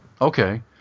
Okay